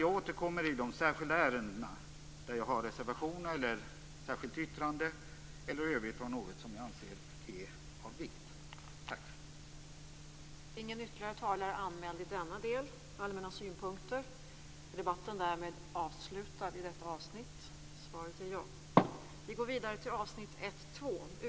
Jag återkommer i de särskilda ärenden där jag har avgivit reservationer, särskilda yttranden eller i övrigt om jag anser att något är av särskild vikt.